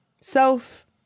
self